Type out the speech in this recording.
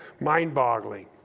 mind-boggling